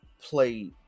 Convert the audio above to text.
play